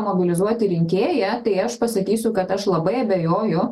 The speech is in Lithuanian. mobilizuoti rinkėją tai aš pasakysiu kad aš labai abejoju